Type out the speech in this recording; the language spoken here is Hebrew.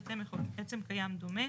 קיר תמך או עצם קיים דומה